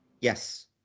Yes